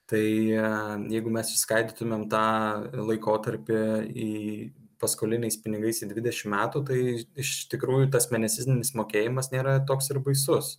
tai jeigu mes išskaidytumėm tą laikotarpį į paskoliniais pinigais į dvidešimt metų tai iš tikrųjų tas mėnesinis mokėjimas nėra toks ir baisus